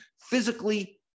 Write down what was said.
physically